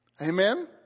Amen